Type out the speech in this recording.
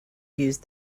use